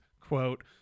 quote